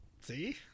See